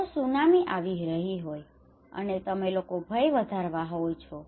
જો સુનામી આવી રહી હોય અને તમે લોકોનો ભય વધારતા હોવ છો